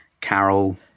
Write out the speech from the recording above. Carol